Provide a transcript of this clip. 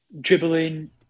Dribbling